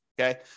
Okay